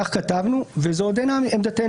כך כתבנו, וזו עודנה עמדתנו.